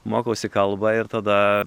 mokausi kalbą ir tada